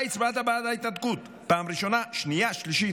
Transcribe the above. אתה הצבעת בעד ההתנתקות פעם ראשונה, שנייה שלישית.